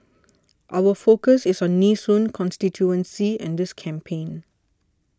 our focus is on Nee Soon constituency and this campaign